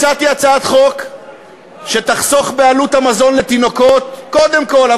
הצעתי הצעת חוק שתחסוך בעלות המזון לתינוקות קודם כול,